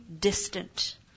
distant